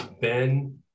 Ben